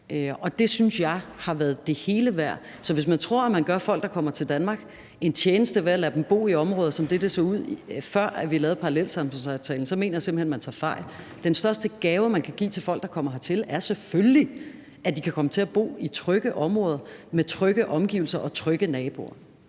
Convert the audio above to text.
og det synes jeg har været det hele værd. Så hvis man tror, at man gør folk, der kommer til Danmark, en tjeneste ved at lade dem bo i de områder, som de så ud, før vil lavede parallelsamfundsaftalen, så mener jeg simpelt hen, at man tager fejl. Den største gave, man kan give til folk, der kommer hertil, er selvfølgelig, at de kan komme til at bo i trygge områder med trygge omgivelser og trygge naboer.